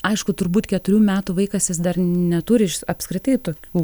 aišku turbūt keturių metų vaikas jis dar neturi iš apskritai tokių